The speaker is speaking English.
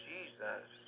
Jesus